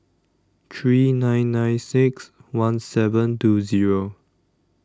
three nine nine six one seven two Zero